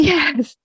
Yes